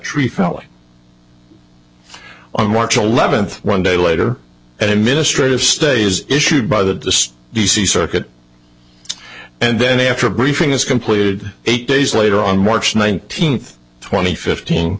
tree felling on march eleventh one day later and administrative stays issued by the d c circuit and then after a briefing is completed eight days later on march nineteenth twenty fifteen